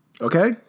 Okay